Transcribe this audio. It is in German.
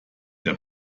der